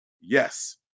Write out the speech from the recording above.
yes